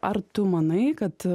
ar tu manai kad